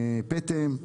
פטם.